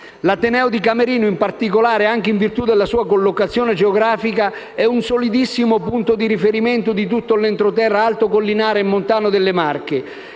L'ateneo di Camerino, in particolare, anche in virtù della sua collocazione geografica, è un solidissimo punto di riferimento di tutto l'entroterra alto collinare e montano delle Marche.